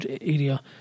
area